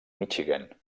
michigan